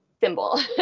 symbol